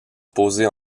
poser